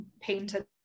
painted